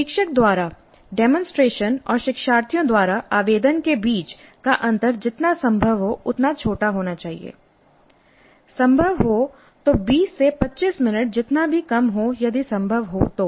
प्रशिक्षक द्वारा डेमोंसट्रेशन और शिक्षार्थियों द्वारा आवेदन के बीच का अंतर जितना संभव हो उतना छोटा होना चाहिए संभव हो तो 20 से 25 मिनट जितना भी कम हो यदि संभव हो तो